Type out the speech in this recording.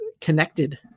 connected